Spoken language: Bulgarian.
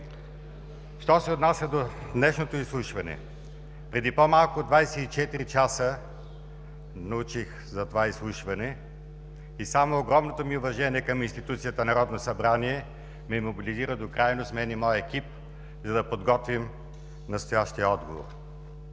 Що се отнася до днешното изслушване, преди по-малко от 24 часа научих за това изслушване и само огромното ми уважение към институцията Народно събрание ме мобилизира до крайност – мен и моят екип, за да подготвим настоящия отговор.